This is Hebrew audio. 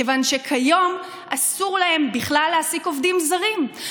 כיוון שהיום אסור להם בכלל להעסיק עובדים זרים.